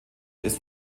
ist